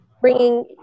bringing